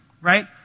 right